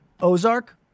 Ozark